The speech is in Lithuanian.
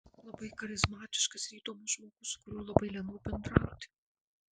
labai charizmatiškas ir įdomus žmogus su kuriuo labai lengva bendrauti